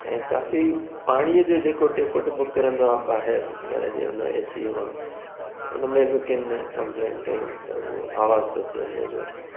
ऐं काफ़ी पाणीअ जो जेको टेपो टेपो किरंदो आहे ॿाहिरि घर जे उन ए सी मां उनमें बि किन कंप्लेंट कयूं त उहो आवाज़ थो थिए उनजो